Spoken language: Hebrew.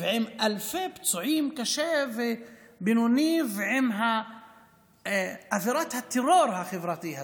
ועם אלפי פצועים קשה ובינוני ועם אווירת הטרור החברתי הזה,